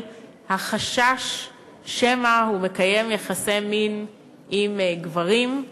החשש שמא הוא מקיים יחסי מין עם גברים,